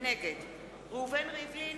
נגד ראובן ריבלין,